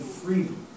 freedom